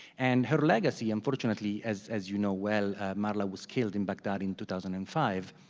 and her legacy, unfortunately, as as you know well, marla was killed in baghdad in two thousand and five,